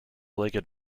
legged